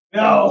no